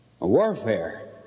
Warfare